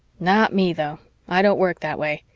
not me, though i don't work that way.